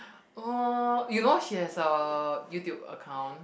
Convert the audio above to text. oh you know she has a YouTube account